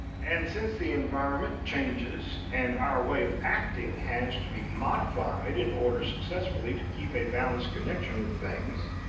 and since the environment changes and our way of acting has to be modified in order successfully to keep a balanced connection with things,